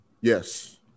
Yes